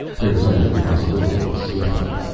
there was always the possibility of a slipup.